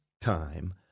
time